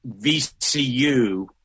VCU